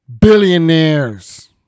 billionaires